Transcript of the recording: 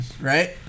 right